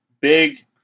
big